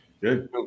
Good